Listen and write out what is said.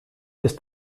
ist